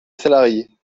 salariés